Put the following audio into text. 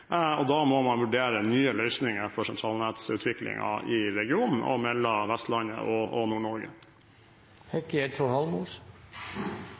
gitt. Da må man vurdere nye løsninger for sentralnettutviklingen i regionen og mellom Vestlandet og Nord-Norge. Statsråden slår tydelig fast at spørsmålet om utbygging eller ikke på Fosen og